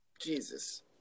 Jesus